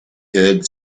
had